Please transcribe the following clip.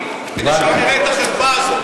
הדיונים כדי שלא נראה את החרפה הזאת.